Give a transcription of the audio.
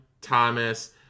Thomas